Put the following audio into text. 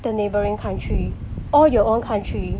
the neighbouring country or your own country